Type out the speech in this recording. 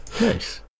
Nice